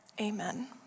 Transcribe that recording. Amen